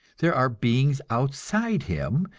there are beings outside him,